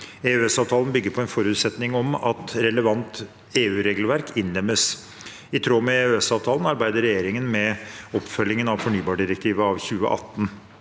EØS-avtalen bygger på en forutsetning om at relevant EU-regelverk innlemmes. I tråd med EØS-avtalen arbeider regjeringen med oppfølgingen av fornybardirektivet av 2018.